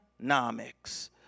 economics